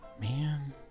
Man